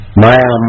maya